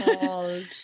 called